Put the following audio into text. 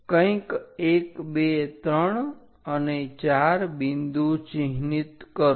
કંઈક 1 2 3 અને 4 બિંદુ ચિહ્નિત કરો